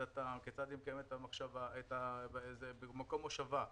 כיצד היא מקיימת את המטרה; מקום מושבה.